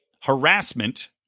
harassment